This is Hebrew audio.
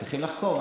צריכים לחקור,